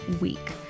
week